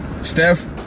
Steph